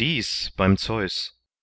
dies beim zeus